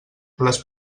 les